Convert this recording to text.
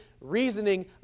reasoning